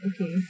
Okay